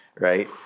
right